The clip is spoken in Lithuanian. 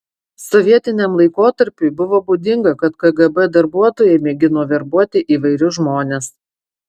sovietiniam laikotarpiui buvo būdinga kad kgb darbuotojai mėgino verbuoti įvairius žmones